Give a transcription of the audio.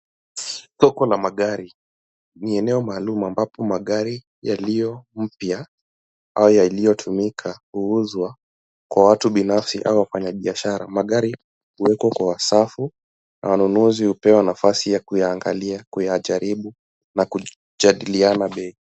Soko la magari, ni eneo maalum ambapo magari yaliyo mpya, au yaliyotumika, huuzwa kwa watu binafsi au wafanyabiashara. Magari huwekwa kwa safu, wanunuzi hupewa nafasi ya kuyaangalia, kuyajaribu, na kujadiliana bei.